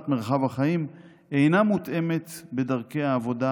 מרחב החיים אינה מותאמת בדרכי העבודה,